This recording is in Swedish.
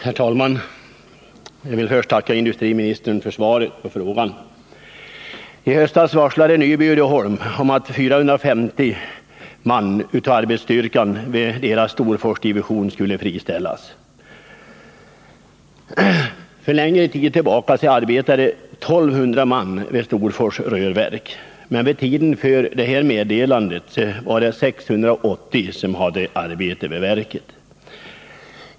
Herr talman! Jag vill först tacka industriministern för svaret på frågan. I höstas meddelade Nyby-Uddeholm att 450 man av arbetsstyrkan vid dess Storforsdivision skulle friställas. Längre tillbaka i tiden arbetade 1 200 man vid Storfors rörverk. Vid tiden för det här meddelandet hade 680 man arbete vid verket.